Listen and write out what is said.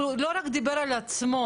הוא לא דיבר רק על עצמו,